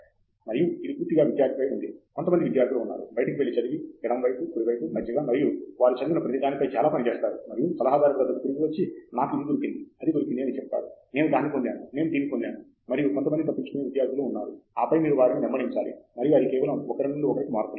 professor Andrew Thangaraj మరియు ఇది పూర్తిగా విద్యార్థిపై ఉంది కొంత మంది విద్యార్థులు ఉన్నారు బయటకు వెళ్లి చదివి ఎడమ వైపు కుడి వైపు మధ్యగా మరియు వారు చదివిన ప్రతీ దానిపై చాలా పని చేస్తారు మరియు సలహాదారుడి వద్దకు తిరిగి వచ్చి నాకు ఇది దొరికింది అది దొరికింది అని చెపుతారు నేను దాన్ని పొందాను నేను దీన్ని పొందాను మరియు కొంతమంది తప్పించుకునే విద్యార్థులూ ఉన్నారు ఆపై మీరు వారిని వెంబడించాలి మరియు అది కేవలం ఒకరి నుండి ఒకరికి మార్పులు